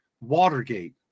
watergate